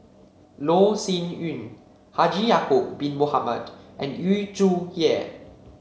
Loh Sin Yun Haji Ya'acob Bin Mohamed and Yu Zhuye